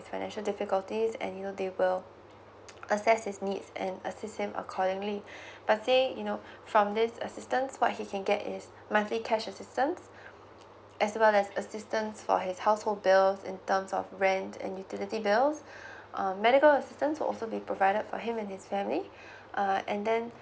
financial difficulties and you know they will assess his needs and assist him accordingly per se you know from this assistance what he can get is monthly cash assistance as well as assistance for his household bills in terms of rent and utility bills um medical assistance will also be provided for him and his family uh and then